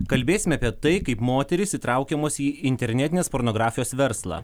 kalbėsime apie tai kaip moterys įtraukiamos į internetinės pornografijos verslą